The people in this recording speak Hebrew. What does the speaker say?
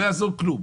לא יעזור כלום,